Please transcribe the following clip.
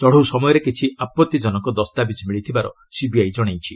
ଚଢ଼ଉ ସମୟରେ କିଛି ଆପତ୍ତିଜନକ ଦସ୍ତାବିଜ୍ ମିଳିଥିବାର ସିବିଆଇ ଜଣାଇଛି